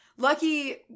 Lucky